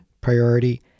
priority